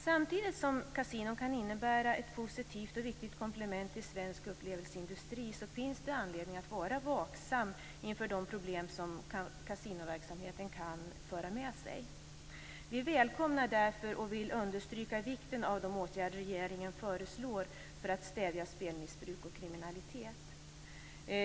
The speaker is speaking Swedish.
Samtidigt som kasinon kan innebära ett positivt och viktigt komplement till svensk upplevelseindustri finns det anledning att vara vaksam inför de problem som kasinoverksamheten kan föra med sig. Vi välkomnar därför och vill understryka vikten av de åtgärder regeringen föreslår för att stävja spelmissbruk och kriminalitet.